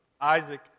Isaac